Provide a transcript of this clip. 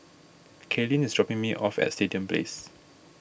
Cailyn is dropping me off at Stadium Place